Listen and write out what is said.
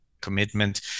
commitment